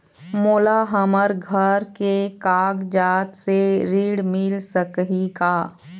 मोला हमर घर के कागजात से ऋण मिल सकही का?